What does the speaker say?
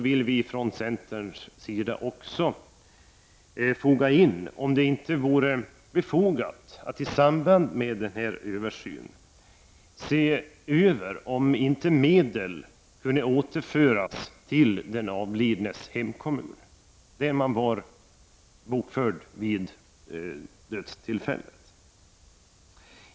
Men vi undrar samtidigt om det inte vore befogat att i samband med denna översyn undersöka om inte medel kan återföras till den avlidnes hemkommun, dvs. den kommun där han eller hon var bokförd vid dödstillfället.